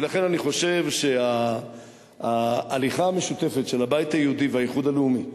ולכן אני חושב שההליכה המשותפת של הבית היהודי והאיחוד הלאומי,